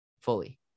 fully